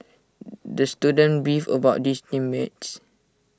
the student beefed about his team mates